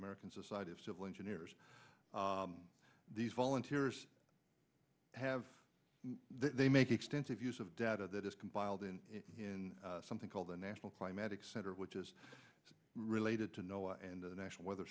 american society of civil engineers these volunteers have they make extensive use of data that is compiled in something called the national climatic center which is related to know and the national weather